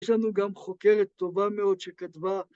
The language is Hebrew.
יש לנו גם חוקרת טובה מאוד שכתבה